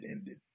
ended